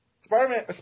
Spider-Man